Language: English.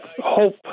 hope